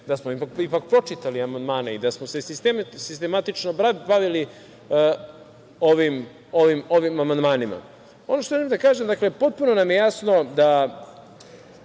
da smo ipak pročitali amandmane i da smo se sistematično bavili ovim amandmanima. Ono što želim da kažem, potpuno nam je jasno da